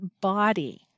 body